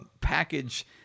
package